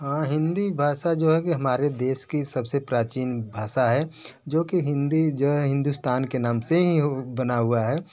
हाँ हिंदी भाषा जो है कि हमारे देश के सबसे प्राचीन भाषा है जो कि हिंदी हिंदुस्तान के नाम से ही बना हुआ है